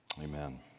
Amen